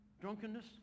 drunkenness